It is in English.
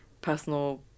personal